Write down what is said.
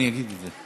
אני אגיד את זה.